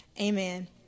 Amen